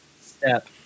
Step